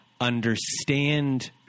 understand